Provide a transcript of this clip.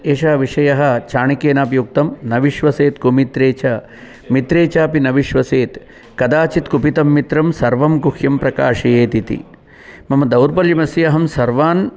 एषः विषयः चाणक्येनापि उक्तं न विश्वसेत् कुमित्रे च मित्रे चापि न विश्वसेत् कदाचित् कुपितं मित्रं सर्वं गुह्यं प्रकाशयेत् इति मम दौर्बल्यमस्ति अहं सर्वान्